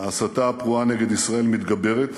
ההסתה הפרועה נגד ישראל מתגברת